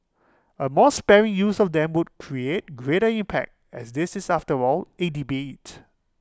A more sparing use of them would create greater impact as this is after all A debate